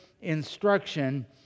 instruction